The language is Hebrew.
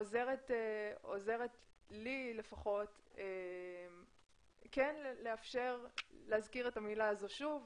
עוזרת, לי לפחות, כן להזכיר את המילה הזו שוב.